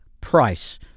price